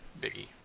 biggie